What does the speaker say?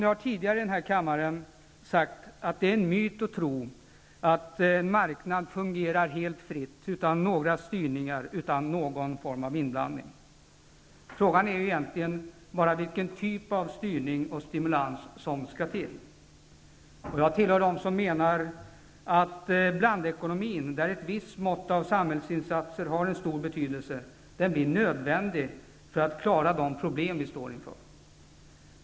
Jag har tidigare i denna kammare sagt att det är en myt att tro att en marknad fungerar helt fritt, utan några styrningar och någon form av inblandning. Frågan är bara vilken typ av styrning och stimulans som skall användas. Jag tillhör dem som menar att blandekonomin, där ett visst mått av samhällsinsatser har stor betydelse, blir nödvändig för att man skall kunna klara de problem som vi står inför.